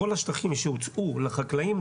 כל השטחים שהוצאו לחקלאים,